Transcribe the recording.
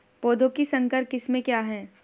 पौधों की संकर किस्में क्या हैं?